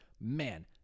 man